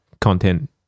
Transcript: content